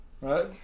Right